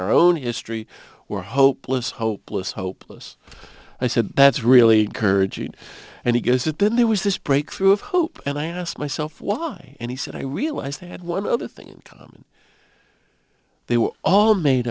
our own history were hopeless hopeless hopeless i said that's really courage it and he gives it then there was this breakthrough of hope and i asked myself why and he said i realized they had one other thing in common they were all made